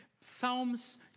Psalms